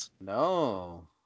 No